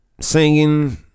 singing